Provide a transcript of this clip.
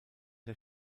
der